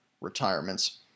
retirements